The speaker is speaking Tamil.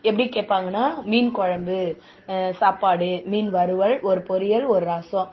எப்படி கேட்பாங்கனா மீன் குழம்பு சாப்பாடு மீன் வறுவல் ஒரு பொரியல் ஒரு ரசம்